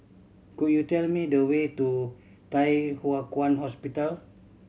could you tell me the way to Thye Hua Kwan Hospital